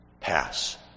pass